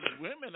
women